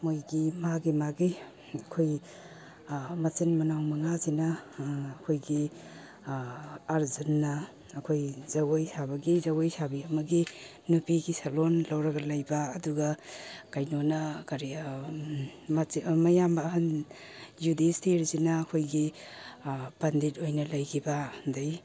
ꯃꯣꯏꯒꯤ ꯃꯥꯒꯤ ꯃꯥꯒꯤ ꯑꯩꯈꯣꯏ ꯃꯆꯤꯟ ꯃꯅꯥꯎ ꯃꯉꯥꯁꯤꯅ ꯑꯩꯈꯣꯏꯒꯤ ꯑꯥꯔꯖꯨꯟꯅ ꯑꯩꯈꯣꯏ ꯖꯒꯣꯏ ꯁꯥꯕꯒꯤ ꯖꯒꯣꯏ ꯁꯥꯕꯤ ꯑꯃꯒꯤ ꯅꯨꯄꯤꯒꯤ ꯁꯛꯂꯣꯟ ꯂꯧꯔꯒ ꯂꯩꯕ ꯑꯗꯨꯝ ꯀꯩꯅꯣꯅ ꯀꯔꯤ ꯃꯌꯥꯝꯕ ꯑꯍꯟ ꯌꯨꯗꯤꯁꯇꯤꯔꯁꯤꯅ ꯑꯩꯈꯣꯏꯒꯤ ꯄꯟꯗꯤꯠ ꯑꯣꯏꯅ ꯂꯩꯒꯤꯕ ꯑꯗꯒꯤ